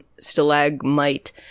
stalagmite